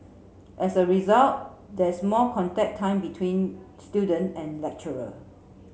as a result there's more contact time between student and lecturer